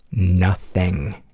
nothing.